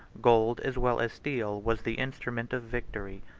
gold as well as steel was the instrument of victory.